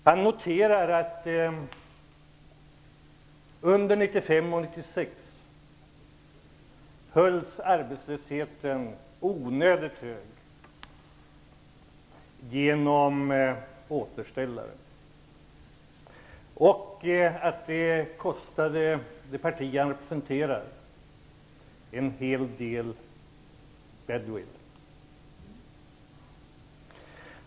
Han noterar att under 1995 och 1996 hölls arbetslösheten onödigt hög genom återställare, och att det kostade det parti han representerar en hel del i form av badwill.